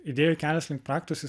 idėjų kelias link praktikos jis